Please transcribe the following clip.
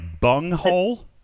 bunghole